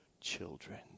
children